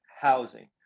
housing